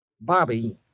Bobby